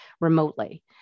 remotely